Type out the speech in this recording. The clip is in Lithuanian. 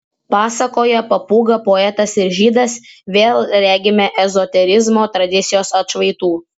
pasakoje papūga poetas ir žydas vėl regime ezoterizmo tradicijos atšvaitų